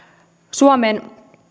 suomen vieminen